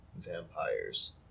vampires